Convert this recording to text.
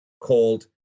called